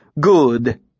Good